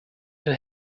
too